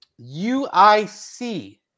UIC